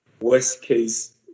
worst-case